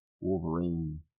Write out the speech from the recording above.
Wolverine